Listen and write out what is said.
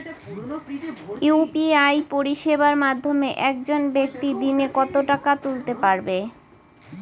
UPI পরিষেবার মাধ্যমে একজন ব্যাক্তি দিনে কত টাকা তুলতে পারবে?